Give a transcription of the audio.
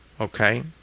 Okay